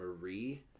Marie